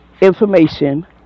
information